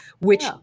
which-